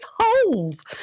holes